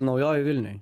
naujoj vilnioj